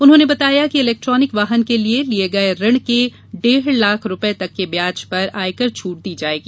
उन्होंने बताया कि इलेक्ट्रानिक वाहन के लिए लिये गये ऋण के डेढ लाख रूपये तक के ब्याज पर आयकर छूट दी जाएगी